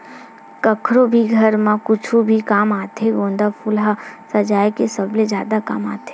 कखरो भी घर म कुछु भी काम आथे गोंदा फूल ह सजाय के सबले जादा काम आथे